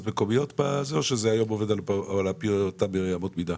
האזוריות או שהיום זה עובד על פי אותן אמות מידה?